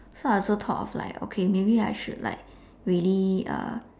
so I also thought of like okay maybe I should like really uh